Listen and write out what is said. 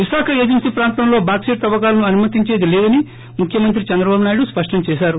Visakha agency ప్రాంతంలో bauxite తవ్వకాలను అనుమతించేది లేదని ముఖ్యమంత్రి చంద్రబాబునాయుడు స్పష్టం చేశారు